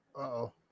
Uh-oh